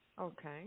Okay